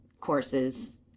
courses